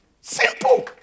Simple